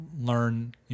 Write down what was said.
learn